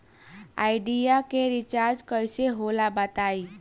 Idea के recharge कइसे होला बताई?